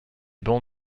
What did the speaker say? bancs